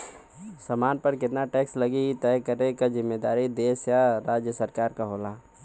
सामान पर केतना टैक्स लगी इ तय करे क जिम्मेदारी देश या राज्य सरकार क होला